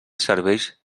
serveis